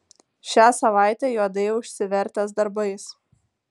šią savaitę juodai užsivertęs darbais